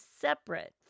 separate